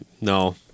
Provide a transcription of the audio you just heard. No